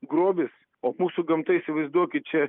grobis o mūsų gamta įsivaizduokit čia